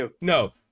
no